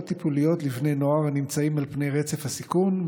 טיפוליות לבני נוער הנמצאים על פני רצף הסיכון,